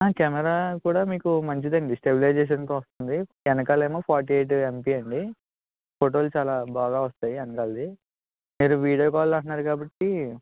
camera కూడా మీకు మంచిది అండి స్టెబిలైజేషన్కి వస్తుంది వెనకాల ఏమో ఫార్టీ ఎయిట్ ఎంపీ అండి ఫోటోలు చాలా బాగా వస్తాయి వెనకాల అది మీరు వీడియో కాల్ అంటున్నారు కాబట్టి